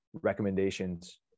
recommendations